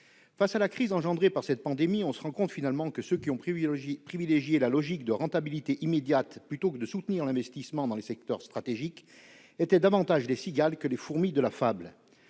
Avec la crise engendrée par cette pandémie, on se rend finalement compte que ceux qui ont privilégié une logique de rentabilité immédiate plutôt que de soutenir l'investissement dans les secteurs stratégiques étaient davantage les cigales que les fourmis de la fable.